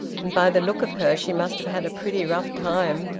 and by the look of her she must have had a pretty rough time.